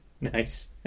Nice